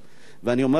ואני אומר לך,